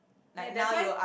ya that's why